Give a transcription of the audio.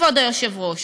כבוד היושב-ראש?